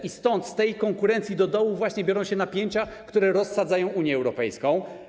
I stąd, z tej konkurencji do dołu właśnie biorą się napięcia, które rozsadzają Unię Europejską.